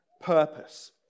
purpose